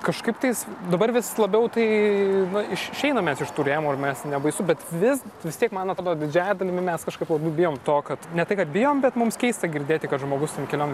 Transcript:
kažkaip tais dabar vis labiau tai išeinam mes iš tų rėmų ir mes nebaisu bet vis vis tiek man atrodo didžiąja dalimi mes kažkaip labai bijom to kad ne tai kad bijom bet mums keista girdėti kad žmogus ten keliom